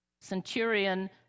centurion